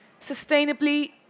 sustainably